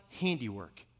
handiwork